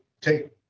take